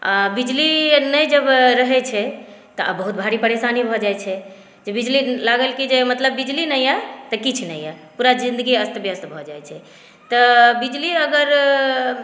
आँ बिजली नहि जब रहै छै तऽ आब बहुत भारी परेशानी भऽ जाइ छै जे बिजली लागल की जे बिजली नहि अइ तऽ किछु नहि अइ पूरा ज़िंदगी अस्त व्यस्त भऽ जाइ छै तऽ बिजली अगर